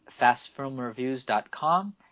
FastFilmReviews.com